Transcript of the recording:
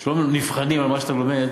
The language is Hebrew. כשאתה לא נבחן על מה שאתה לומד,